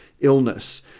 illness